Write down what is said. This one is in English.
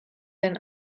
than